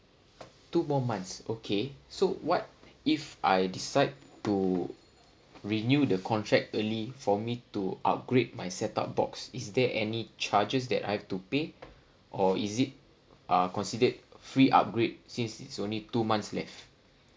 two more months okay so what if I decide to renew the contract early for me to upgrade my set up box is there any charges that I have to pay or is it uh considered free upgrade since it's only two months left